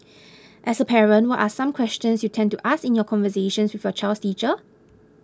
as a parent what are some questions you tend to ask in your conversations with your child's teacher